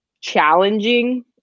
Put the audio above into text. challenging